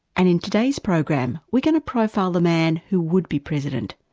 and in today's program we're going to profile the man who would be president,